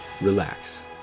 relax